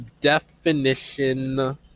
definition